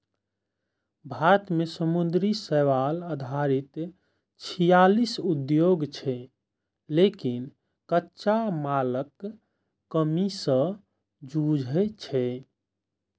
भारत मे समुद्री शैवाल आधारित छियालीस उद्योग छै, लेकिन कच्चा मालक कमी सं जूझै छै